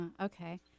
Okay